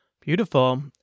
Beautiful